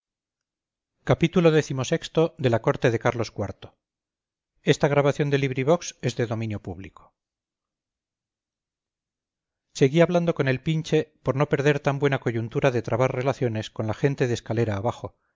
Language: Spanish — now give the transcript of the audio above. xxvi xxvii xxviii la corte de carlos iv de benito pérez galdós seguí hablando con el pinche por no perder tan buena coyuntura de trabar relaciones con la gente de escalera abajo